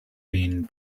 been